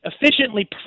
Efficiently